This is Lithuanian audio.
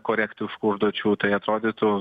korektiškų užduočių tai atrodytų